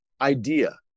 idea